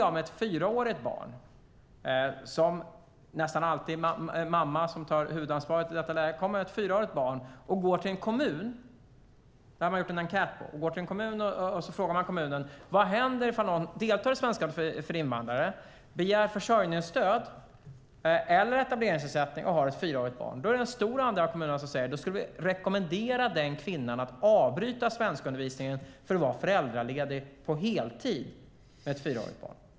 Man har gjort en enkät som visar att den kvinna som kommer med ett fyraårigt barn - det är nästan alltid mamma som tar huvudansvaret - och går till sin kommun och begär försörjningsstöd eller etableringsersättning samtidigt som hon deltar i svenska för invandrare i en stor andel av kommunerna blir rekommenderad att avbryta svenskstudierna för att vara föräldraledig på heltid.